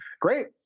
Great